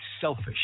selfish